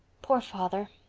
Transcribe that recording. poor father,